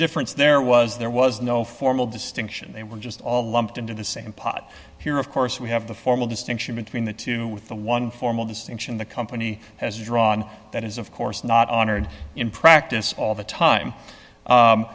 difference there was there was no formal distinction they were just all lumped into the same pot here of course we have the formal distinction between the two with the one formal distinction the company has drawn that is of course not honored in practice all the time